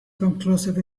conclusive